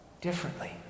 differently